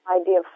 idea